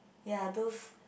ya those